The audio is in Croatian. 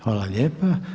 Hvala lijepa.